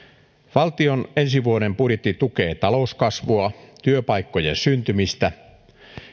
valtion ensi vuoden budjetti tukee talouskasvua työpaikkojen syntymistä